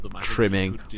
Trimming